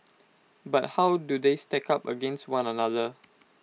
but how do they stack up against one another